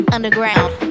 Underground